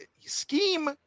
scheme